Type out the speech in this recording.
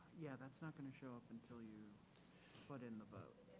yeah, that's not going to show up until you put in the button.